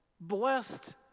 blessed